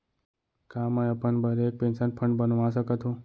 का मैं अपन बर एक पेंशन फण्ड बनवा सकत हो?